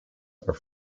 are